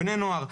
בני נוער,